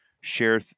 share